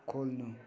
खोल्नु